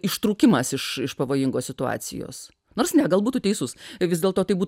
ištrūkimas iš iš pavojingos situacijos nors ne galbūt tu teisus vis dėlto tai būtų